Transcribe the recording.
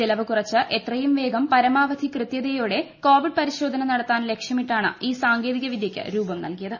ചെലവ് കുറച്ച് എത്രയും വേഗം പരമാവധി കൃത്യതയോടെ കോവിഡ് പരിശോധന നടത്താൻ ലക്ഷ്യമിട്ടാണ് ഈ സാങ്കേതികവിദ്യക്കു രൂപം നൽകിയത്